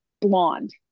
blonde